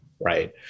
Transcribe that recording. right